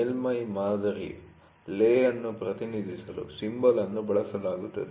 ಮೇಲ್ಮೈ ಮಾದರಿಯ ಲೇ ಅನ್ನು ಪ್ರತಿನಿಧಿಸಲು ಸಿಂಬಲ್ ಅನ್ನು ಬಳಸಲಾಗುತ್ತದೆ